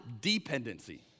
dependency